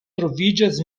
troviĝas